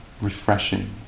refreshing